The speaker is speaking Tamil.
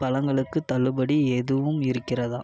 பழங்களுக்கு தள்ளுபடி எதுவும் இருக்கிறதா